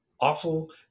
awful